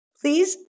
please